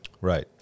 Right